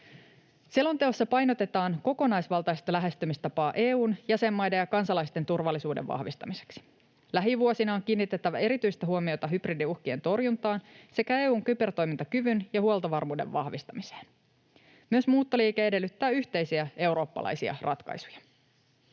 Selonteossa painotetaan kokonaisvaltaista lähestymistapaa EU:n, jäsenmaiden ja kansalaisten turvallisuuden vahvistamiseksi. Lähivuosina on kiinnitettävä erityistä huomiota hybridiuhkien torjuntaan sekä EU:n kybertoimintakyvyn ja huoltovarmuuden vahvistamiseen. Myös muuttoliike edellyttää yhteisiä eurooppalaisia ratkaisuja.